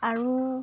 আৰু